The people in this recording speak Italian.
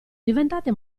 diventate